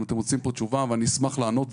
אם אתם רוצים פה תשובה ואני אשמח לענות.